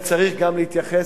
וצריך גם להתייחס,